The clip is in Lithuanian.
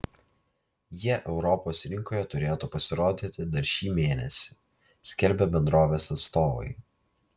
jie europos rinkoje turėtų pasirodyti dar šį mėnesį skelbia bendrovės atstovai